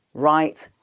right,